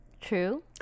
True